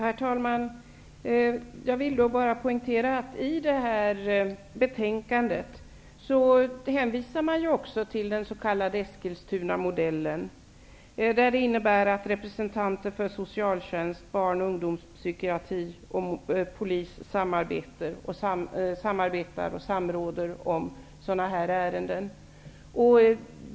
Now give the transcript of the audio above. Herr talman! Jag vill bara poängtera att man i det här betänkandet hänvisar till den s.k. Eskilstunamodellen. Den innebär att representanter för socialtjänsten, barn och ungdomspsykiatrin och polisen samarbetar och samråder om sådana här ärenden.